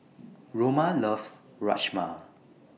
Roma loves Rajma